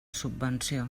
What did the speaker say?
subvenció